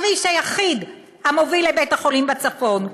הכביש היחיד המוביל לבית-החולים בצפון,